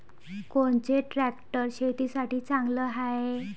कोनचे ट्रॅक्टर शेतीसाठी चांगले हाये?